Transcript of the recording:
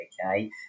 Okay